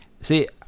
see